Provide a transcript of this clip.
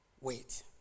Wait